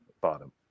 bottom